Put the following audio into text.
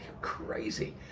crazy